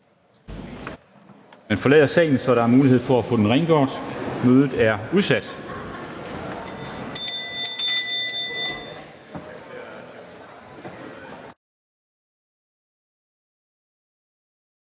man forlader salen, så der er mulighed for at få den rengjort. Mødet er udsat.